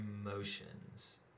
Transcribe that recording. emotions